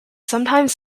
sometimes